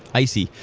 i see.